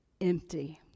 empty